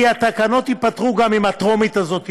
כי התקנות ייפתרו גם אם הטרומית הזאת תיפול.